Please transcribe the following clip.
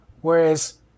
whereas